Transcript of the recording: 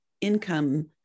income